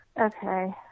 Okay